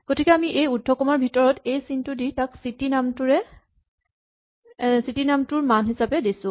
গতিকে আমি এই উদ্ধকমাৰ ভিতৰত এই চিহ্নটো দি তাক চিটী নামটোৰ মান হিচাপে দিছো